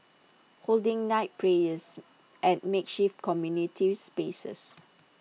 holding night prayers at makeshift community spaces